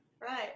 Right